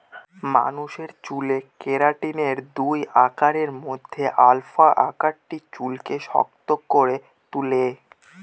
মানুষের চুলে কেরাটিনের দুই আকারের মধ্যে আলফা আকারটি চুলকে শক্ত করে তুলে